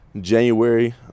January